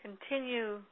Continue